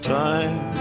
time